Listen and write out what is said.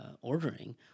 ordering